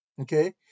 Okay